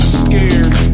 scared